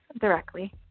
directly